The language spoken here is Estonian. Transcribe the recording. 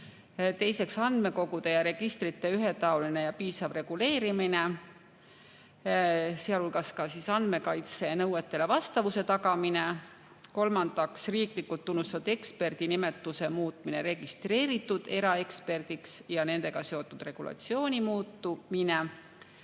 Teiseks, andmekogude ja registrite ühetaoline ja piisav reguleerimine, sealhulgas ka andmekaitsenõuetele vastavuse tagamine. Kolmandaks, riiklikult tunnustatud eksperdi nimetuse muutmine registreeritud eraeksperdiks ja nendega seotud regulatsiooni muutumine.